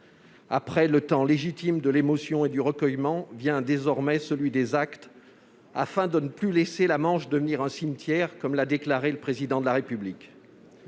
Après le temps légitime de l'émotion et du recueillement vient désormais celui des actes, afin de ne plus laisser « la Manche devenir un cimetière », comme l'a déclaré le Président de la République.